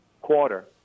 quarter